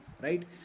right